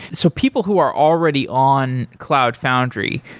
so people who are already on cloud foundry,